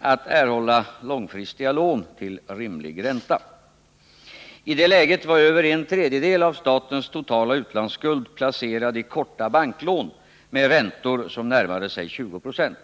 att erhålla långfristiga lån till rimlig ränta. I det läget var över en tredjedel av statens totala utlandsskuld placerad i korta banklån med räntor som närmade sig 20 20.